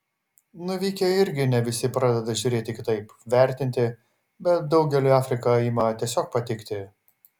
nuvykę irgi ne visi pradeda žiūrėti kitaip vertinti bet daugeliui afrika ima tiesiog patikti